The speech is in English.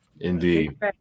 Indeed